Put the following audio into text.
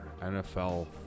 NFL